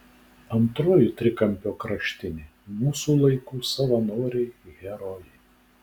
antroji trikampio kraštinė mūsų laikų savanoriai herojai